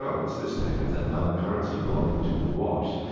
ah what's this thing? it's another currency belonging to what?